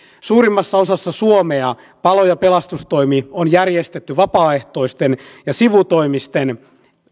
suurimmassa osassa suomea palo ja pelastustoimi on järjestetty vapaaehtoisten ja sivutoimisten